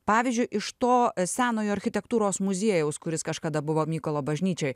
pavyzdžiui iš to senojo architektūros muziejaus kuris kažkada buvo mykolo bažnyčioj